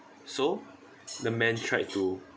so the man tried to